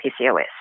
PCOS